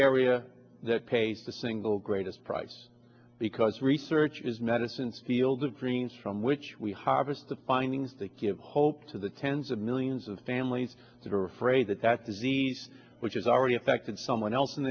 area that pays the single greatest price because research is medicines field of dreams from which we harvest the findings that give hope to the tens of millions of families that are afraid that that disease which is already affected someone else in